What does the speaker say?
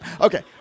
Okay